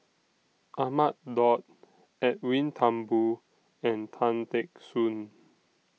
Ahmad Daud Edwin Thumboo and Tan Teck Soon